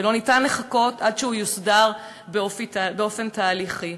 ולא ניתן לחכות עד שהוא יוסדר באופן תהליכי.